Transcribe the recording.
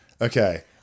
Okay